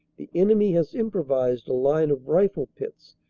the enemy has improvised a line of rifle-pits,